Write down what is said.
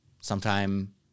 sometime